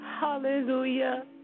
Hallelujah